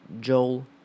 Joel